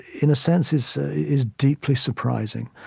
in a sense, is is deeply surprising,